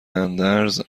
اندرز